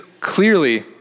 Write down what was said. clearly